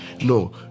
no